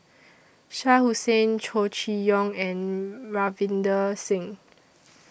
Shah Hussain Chow Chee Yong and Ravinder Singh